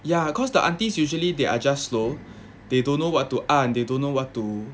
ya cause the aunties usually they are just slow they don't know what to 按 they don't know what to